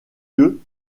lieu